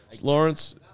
Lawrence